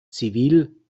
zivil